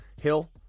Hill